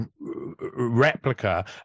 replica